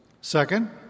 Second